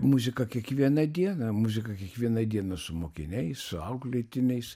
muzika kiekvieną dieną muzika kiekvieną dieną su mokiniais su auklėtiniais